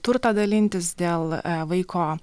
turto dalintis dėl vaiko